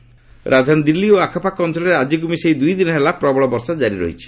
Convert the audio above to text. Delhi rain ରାଜଧାନୀ ଦିଲ୍ଲୀ ଓ ଆଖପାଖ ଅଞ୍ଚଳରେ ଆଜିକୁ ମିଶାଇ ଦୁଇ ଦିନ ହେଲା ପ୍ରବଳ ବର୍ଷା ଜାରି ରହିଛି